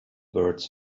birds